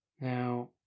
Now